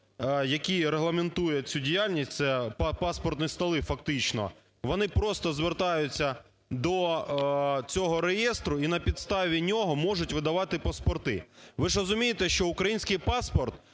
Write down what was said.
який регламентує цю діяльність, це паспортні столи, фактично вони просто звертаються до цього реєстру і на підставі нього можуть видавати паспорти. Ви ж розумієте, що український паспорт